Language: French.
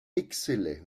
excellait